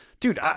Dude